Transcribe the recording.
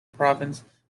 province